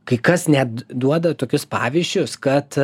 kai kas net duoda tokius pavyzdžius kad